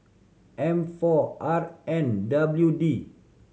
M four R N W D